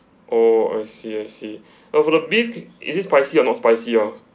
oh I see I see oh for the beef is it spicy or not spicy ah